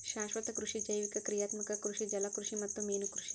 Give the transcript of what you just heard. ಶಾಶ್ವತ ಕೃಷಿ ಜೈವಿಕ ಕ್ರಿಯಾತ್ಮಕ ಕೃಷಿ ಜಲಕೃಷಿ ಮತ್ತ ಮೇನುಕೃಷಿ